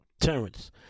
Terrence